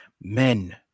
men